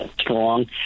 strong